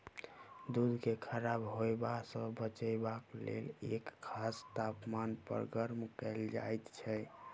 दूध के खराब होयबा सॅ बचयबाक लेल एक खास तापमान पर गर्म कयल जाइत छै